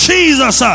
Jesus